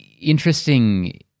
interesting